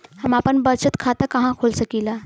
हम आपन बचत खाता कहा खोल सकीला?